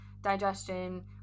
digestion